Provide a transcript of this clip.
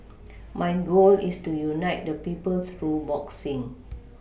my goal is to unite the people through boxing